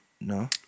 no